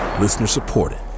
Listener-supported